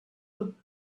them